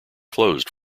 closed